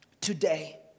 today